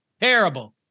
Terrible